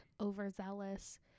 overzealous